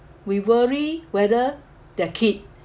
we worry whether their kid